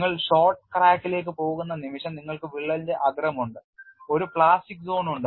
നിങ്ങൾ ഷോർട്ട് ക്രാക്കിലേക്ക് പോകുന്ന നിമിഷം നിങ്ങൾക്ക് വിള്ളലിന്റെ അഗ്രമുണ്ട് ഒരു പ്ലാസ്റ്റിക് സോൺ ഉണ്ട്